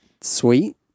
Sweet